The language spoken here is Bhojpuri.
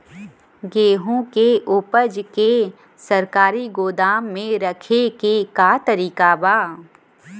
गेहूँ के ऊपज के सरकारी गोदाम मे रखे के का तरीका बा?